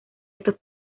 estos